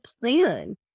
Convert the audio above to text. plan